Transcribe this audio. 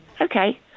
Okay